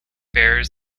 bears